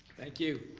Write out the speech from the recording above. thank you.